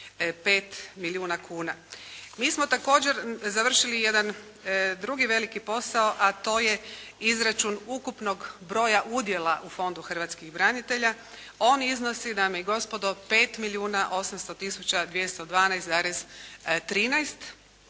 195 milijuna kuna. Mi smo također završili jedan drugi veliki posao, a to je izračun ukupnog broja udjela u Fondu hrvatskih branitelja. On iznosi dame i gospodo 5 milijuna 800 tisuća 212,13